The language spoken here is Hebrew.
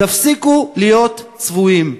תפסיקו להיות צבועים,